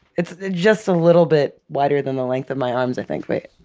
it's just a little bit wider than the length of my arms i think. wait.